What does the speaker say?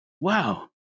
wow